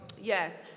Yes